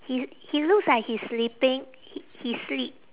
he's he looks like he's slipping h~ he slip